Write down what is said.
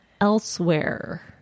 elsewhere